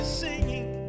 singing